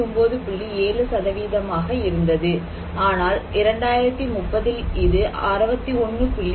7 ஆக இருந்தது ஆனால் 2030 இல் இது 61